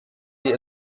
sie